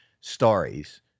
stories